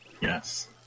Yes